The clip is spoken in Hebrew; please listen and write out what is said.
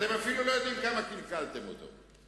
אתם אפילו לא יודעים כמה קלקלתם אותו.